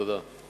תודה.